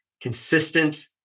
consistent